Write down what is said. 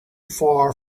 far